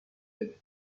بده